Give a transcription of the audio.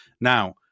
Now